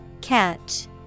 Catch